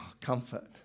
comfort